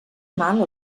mal